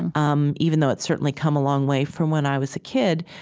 and um even though it's certainly come a long way from when i was a kid,